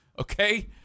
Okay